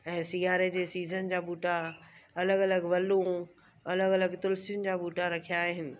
ऐं सियारे जे सीज़न जा बूटा अलॻि अलॻि वलूं अलॻि अलॻि तुलसियुनि जा बूटा रखिया आहिनि